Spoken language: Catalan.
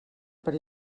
per